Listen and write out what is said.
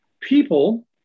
People